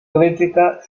crítica